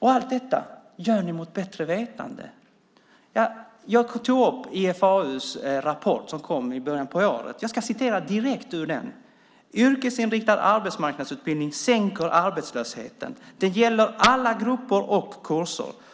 Allt detta gör ni mot bättre vetande. Jag tog upp IFAU:s rapport som kom i början av året. Jag ska läsa direkt ur den: Yrkesinriktad arbetsmarknadsutbildning sänker arbetslösheten. Det gäller alla grupper och kurser.